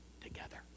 together